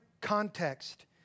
context